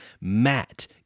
Matt